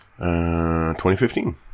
2015